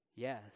Yes